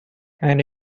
and